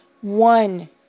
one